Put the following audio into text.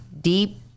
deep